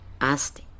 asked